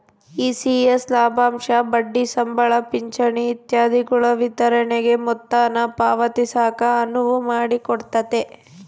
ECS ಲಾಭಾಂಶ ಬಡ್ಡಿ ಸಂಬಳ ಪಿಂಚಣಿ ಇತ್ಯಾದಿಗುಳ ವಿತರಣೆಗೆ ಮೊತ್ತಾನ ಪಾವತಿಸಾಕ ಅನುವು ಮಾಡಿಕೊಡ್ತತೆ